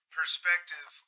perspective